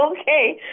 okay